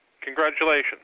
Congratulations